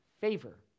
favor